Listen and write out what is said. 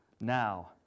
Now